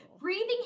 breathing